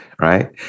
right